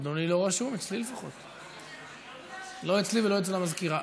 אדוני לא רשום לא אצלי ולא אצל המזכירה.